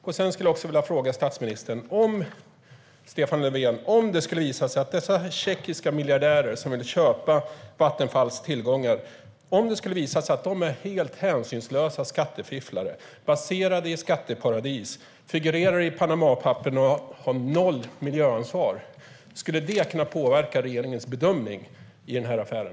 Om det skulle visa sig, Stefan Löfven, att dessa tjeckiska miljardärer som vill köpa Vattenfalls tillgångar är helt hänsynslösa skattefifflare, baserade i skatteparadis, figurerar i Panamapapperen och har noll miljöansvar, skulle det påverka regeringens bedömning i affären?